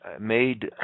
made